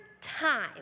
time